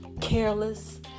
careless